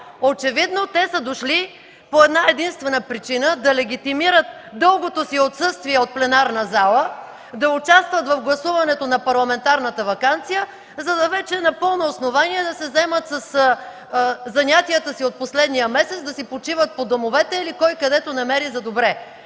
Очевидно те са дошли по една-единствена причина – да легитимират дългото си отсъствие от пленарната зала, да участват в гласуването на парламентарната ваканция и на пълно основание вече да се заемат със занятията си от последния месец, да си почиват по домовете или кой където намери за добре.